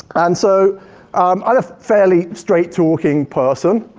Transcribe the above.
and so i'm a fairly straight talking person.